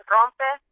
Rompe